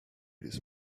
this